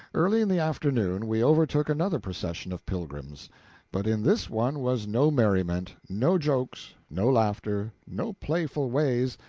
early in the afternoon we overtook another procession of pilgrims but in this one was no merriment, no jokes, no laughter, no playful ways,